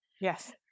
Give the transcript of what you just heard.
Yes